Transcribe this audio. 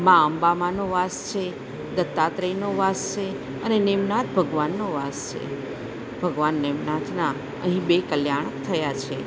મા અંબામાનો વાસ છે દત્તાત્રેયનો વાસ છે અને નેમનાથ ભગવાનનો વાસ છે ભગવાન નેમનાથના અહીં બે કલ્યાણ થયાં છે